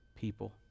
people